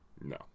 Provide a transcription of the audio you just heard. no